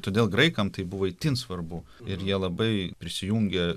todėl graikam tai buvo itin svarbu ir jie labai prisijungė